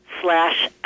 slash